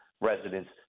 residents